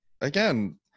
again